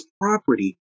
property